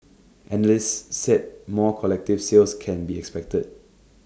analysts said more collective sales can be expected